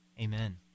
Amen